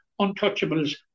untouchables